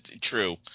true